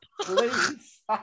Please